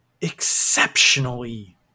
exceptionally